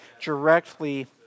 directly